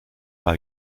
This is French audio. pas